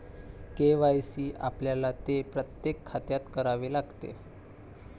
KYC आपल्याला ते प्रत्येक खात्यात करावे लागते